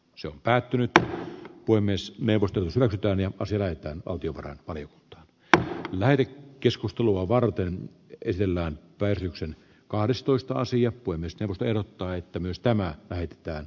se on päätynyt voi myös melko tylsä tytön ja asioita ogiwara oli vettä läpi keskustelua varten esillä pajusen kahdestoista sija voimistelu pelottaa että myös tämän väitetään